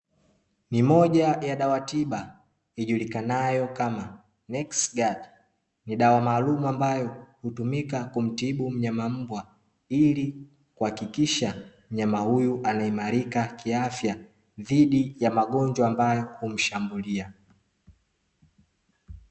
Ni moja ya dawa tiba ijulikanayo kama "Nexguard", ni dawa maalum ambayo hutumika kumtibu mnyama mbwa ili kuhakikisha mnyama huyu anaimarika kiafya dhidi ya magonjwa ambayo humshambulia.